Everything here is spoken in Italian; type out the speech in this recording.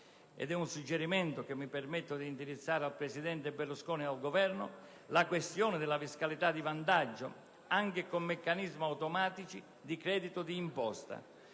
- un suggerimento che mi permetto di indirizzare al presidente Berlusconi ed al Governo - la questione della fiscalità di vantaggio anche con meccanismi automatici di credito di imposta: